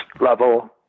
level